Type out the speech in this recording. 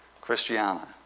Christiana